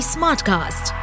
Smartcast